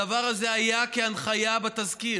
הדבר הזה היה כהנחיה בתזכיר.